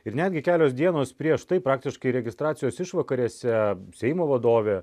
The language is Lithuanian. ir netgi kelios dienos prieš tai praktiškai registracijos išvakarėse seimo vadovė